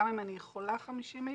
גם אם אני יכולה 50 איש,